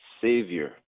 Savior